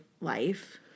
life